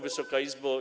Wysoka Izbo!